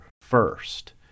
first